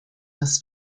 this